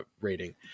rating